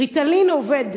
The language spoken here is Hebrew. "ריטלין" עובד.